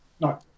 No